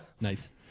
Nice